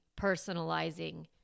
personalizing